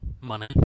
Money